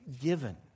given